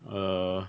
uh